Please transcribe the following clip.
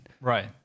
Right